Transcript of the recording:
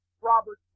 Robert